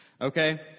okay